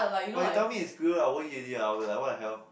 but you tell me it's squirrel I won't eat already ah I'll be like what the hell